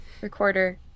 recorder